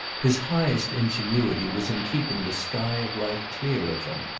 his highest ingenuity was in keeping the sky of life clear of them.